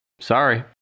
Sorry